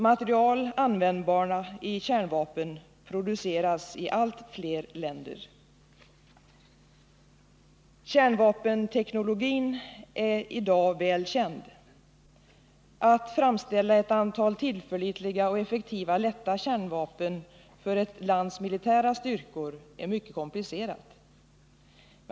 Material användbara i kärnvapen produceras i allt fler länder. Kärnvapenteknologin är i dag väl känd. Att framställa ett antal tillförlitliga och effektiva lätta kärnvapen för ett lands militära styrkor är mycket komplicerat.